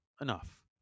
enough